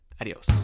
adios